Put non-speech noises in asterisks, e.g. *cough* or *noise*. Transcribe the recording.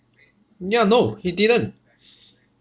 ya no he didn't *breath*